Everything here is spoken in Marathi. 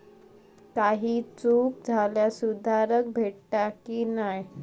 काही चूक झाल्यास सुधारक भेटता की नाय?